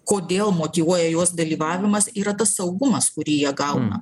kodėl motyvuoja juos dalyvavimas yra tas saugumas kurį jie gauna